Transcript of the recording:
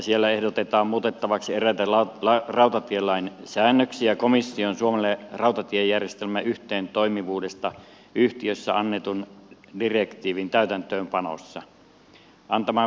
siellä ehdotetaan muutettaviksi eräitä rautatielain säännöksiä komission suomelle rautatiejärjestelmän yhteentoimivuudesta yhteisössä annetun direktiivin täytäntöönpanosta antaman virallisen huomautuksen johdosta